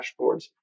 dashboards